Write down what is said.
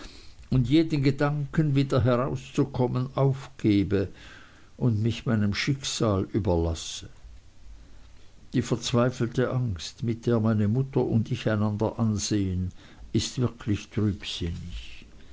und jeden gedanken wieder herauszubekommen aufgebe und mich meinem schicksal überlasse die verzweifelte angst mit der meine mutter und ich einander ansehen ist wirklich